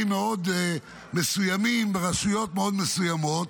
מאוד מסוימים וברשויות מאוד מסוימות.